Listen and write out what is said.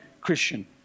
Christian